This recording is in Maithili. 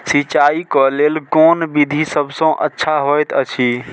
सिंचाई क लेल कोन विधि सबसँ अच्छा होयत अछि?